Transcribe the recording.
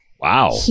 wow